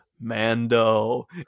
mando